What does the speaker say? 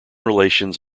relations